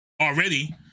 already